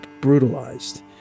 brutalized